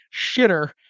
shitter